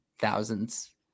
thousands